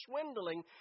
swindling